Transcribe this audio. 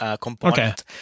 component